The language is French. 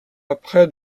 après